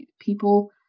people